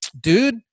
dude